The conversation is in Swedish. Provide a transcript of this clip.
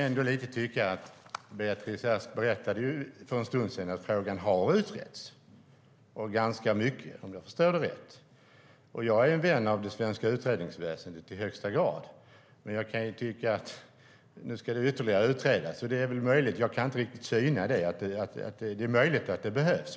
Beatrice Ask berättade för en stund sedan att frågan har utretts, ganska mycket om jag förstår det rätt. Jag är i högsta grad en vän av det svenska utredningsväsendet. Men nu ska det ytterligare utredas. Det är möjligt att det behövs - jag kan inte riktigt syna det.